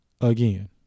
again